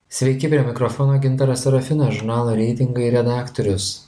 sveiki prie mikrofono gintaras serafinas žurnalo reitingai redaktorius